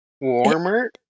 Warmer